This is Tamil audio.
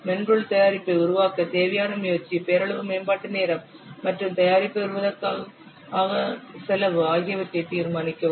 மென்பொருள் தயாரிப்பை உருவாக்க தேவையான முயற்சி பெயரளவு மேம்பாட்டு நேரம் மற்றும் தயாரிப்பை உருவாக்குவதற்கான செலவு ஆகியவற்றை தீர்மானிக்கவும்